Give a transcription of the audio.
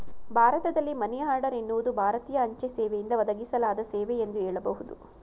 ಭಾರತದಲ್ಲಿ money order ಎನ್ನುವುದು ಭಾರತೀಯ ಅಂಚೆ ಸೇವೆಯಿಂದ ಒದಗಿಸಲಾದ ಸೇವೆ ಎಂದು ಹೇಳಬಹುದು